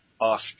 off